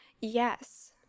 Yes